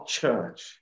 church